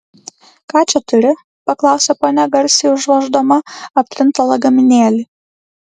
ką čia turi paklausė ponia garsiai užvoždama aptrintą lagaminėlį